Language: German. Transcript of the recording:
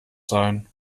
sein